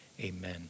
amen